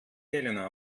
helena